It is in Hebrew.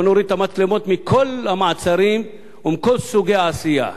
בואו נוריד את המצלמות מכל המעצרים ומכל סוגי העשייה.